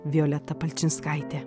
violeta palčinskaitė